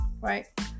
right